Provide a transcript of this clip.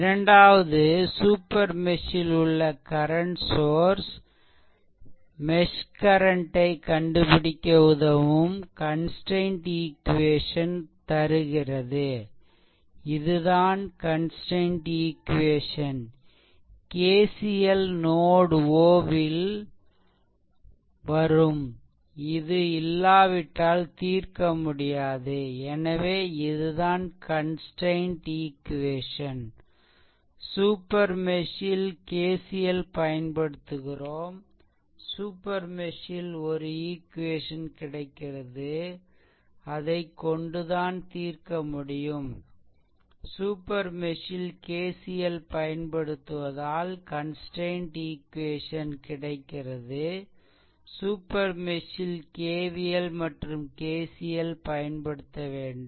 இரண்டாவது super mesh ல் உள்ள current source mesh current mesh current ஐ கண்டுபிடிக்க உதவும் கன்ஸ்ட்ரைன்ட் ஈக்வேஷன் தருகிறது இதுதான் கன்ஸ்ட்ரைன்ட் ஈக்வேஷன் KCL நோட் 0 ல் வரும் இது இல்லாவிட்டால் தீர்க்கமுடியாது எனவே இதுதான் கன்ஸ்ட்ரைன்ட் ஈக்வேஷன் சூப்பர் மெஷ் ல் KCL பயன்படுத்துகிறோம் சூப்பர் மெஷ் ல் ஒரு ஈக்வேஷன் கிடைக்கிறது அதைக் கொண்டுதான் தீர்க்க முடியும் சூப்பர் மெஷ் ல் KCL ல் பயன்படுத்துவதால் கன்ஸ்ட்ரைன்ட் ஈக்வேஷன் கிடைக்கிறது சூப்பர் மெஷ் ல் KVL மற்றும் KCL பயன்படுத்த வேண்டும்